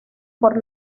por